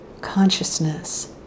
consciousness